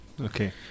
Okay